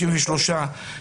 יש הערת ביניים ויש פינג פונג,